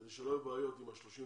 כדי שלא יהיו בעיות עם ה-31,